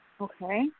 Okay